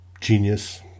genius